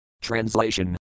Translation